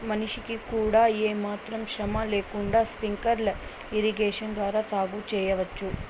మనిషికి కూడా ఏమాత్రం శ్రమ లేకుండా స్ప్రింక్లర్ ఇరిగేషన్ ద్వారా సాగు చేయవచ్చు